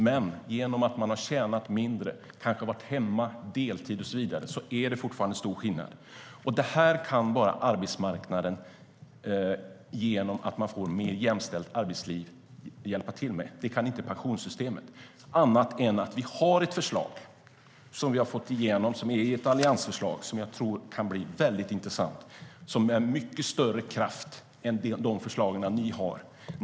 Men genom att man har tjänat mindre, kanske har varit hemma på deltid och så vidare är det fortfarande stor skillnad. Detta kan bara arbetsmarknaden hjälpa till med genom att man får ett mer jämställt arbetsliv. Det kan inte pensionssystemet göra på annat sätt än genom att vi har ett alliansförslag som vi har fått igenom och som jag tror kan bli intressant. Det har en mycket större kraft än de förslag som ni har.